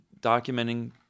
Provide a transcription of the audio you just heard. documenting